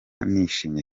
nishimye